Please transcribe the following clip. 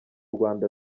rwanda